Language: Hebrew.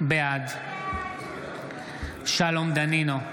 בעד שלום דנינו,